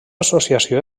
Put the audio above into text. associació